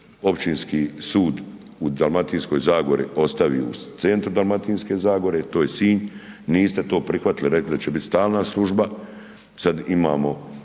općinski sud u Dalmatinskoj zagori ostavi u centru Dalmatinske zagore, to je Sinj, niste to prihvatili, rekli ste da će biti stalna služba, sad imamo